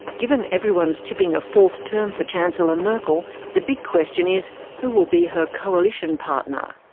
given everyone's tipping a fourth term for chancellor merkel, the big question is who will be her coalition partner?